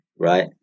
right